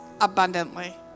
abundantly